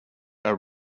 are